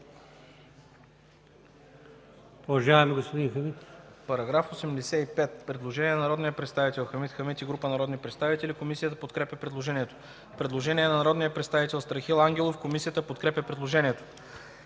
По § 86 – предложение на народния представител Хамид Хамид и група народни представители. Комисията подкрепя предложението. Предложение на народния представител Страхил Ангелов и група народни